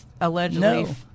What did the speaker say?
allegedly